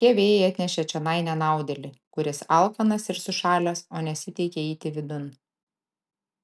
kokie vėjai atnešė čionai nenaudėlį kuris alkanas ir sušalęs o nesiteikia įeiti vidun